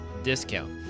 discount